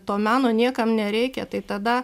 to meno niekam nereikia tai tada